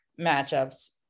matchups